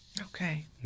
Okay